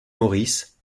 maurice